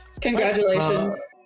Congratulations